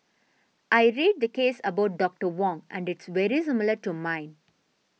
I read the case about Doctor Wong and it's very to mine